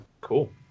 Cool